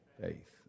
faith